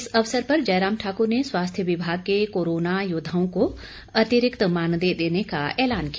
इस अवसर पर जयराम ठाक्र ने स्वास्थ्य विभाग के कोरोना योद्वाओं को अतिरिक्त मानदेय देने का ऐलान किया